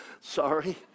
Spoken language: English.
sorry